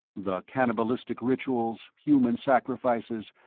the cannibalistic rituals, human sacrifices,